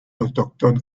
autochtone